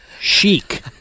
Chic